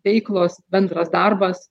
veiklos bendras darbas